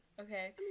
Okay